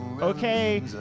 Okay